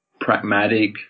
pragmatic